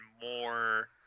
more